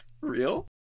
Real